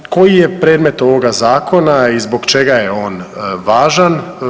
Koji je predmet ovoga Zakona i zbog čega je on važan?